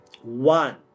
One